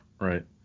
Right